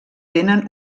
tenen